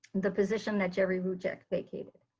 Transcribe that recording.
the position that jerry wujek vacated.